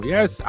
Yes